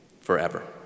forever